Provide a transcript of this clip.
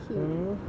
hmm